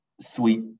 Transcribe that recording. sweet